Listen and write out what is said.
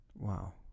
Wow